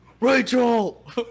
Rachel